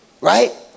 Right